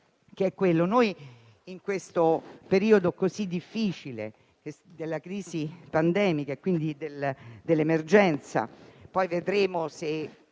In questo periodo così difficile di crisi pandemica e quindi di emergenza (poi vedremo se